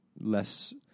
less